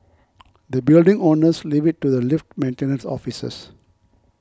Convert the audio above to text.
the building owners leave it to the lift maintenance officers